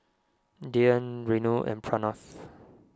Dhyan Renu and Pranav